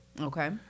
Okay